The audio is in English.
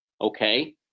Okay